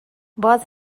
باز